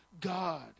God